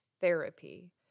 therapy